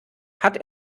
hat